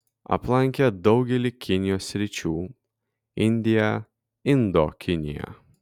aplankė daugelį kinijos sričių indiją indokiniją